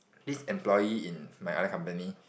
this employee in my other company